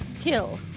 kill